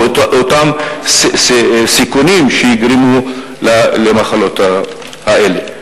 או אותם סיכונים שיגרמו למחלות האלה.